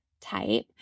type